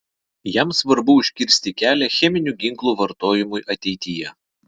jam svarbu užkirsti kelią cheminių ginklų vartojimui ateityje